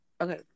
Okay